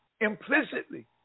implicitly